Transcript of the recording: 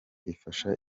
ifasha